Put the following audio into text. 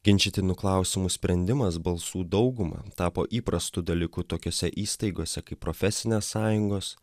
ginčytinų klausimų sprendimas balsų dauguma tapo įprastu dalyku tokiose įstaigose kaip profesinės sąjungos